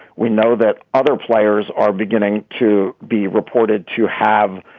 we know that other players are beginning to be reported to have